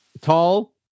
tall